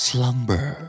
Slumber